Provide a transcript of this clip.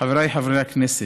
חבריי חברי הכנסת,